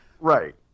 Right